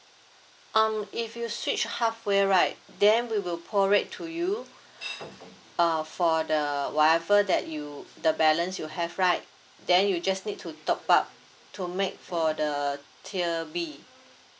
um if you switch halfway right then we will pro rate to you uh for the whatever that you the balance you have right then you just need to top up to make for the tier B